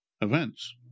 events